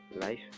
life